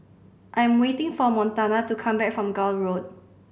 I am waiting for Montana to come back from Gul Road